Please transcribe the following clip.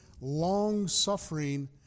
long-suffering